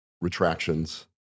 retractions